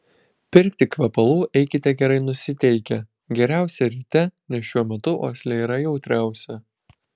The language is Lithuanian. pirkti kvepalų eikite gerai nusiteikę geriausia ryte nes šiuo metu uoslė yra jautriausia